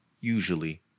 usually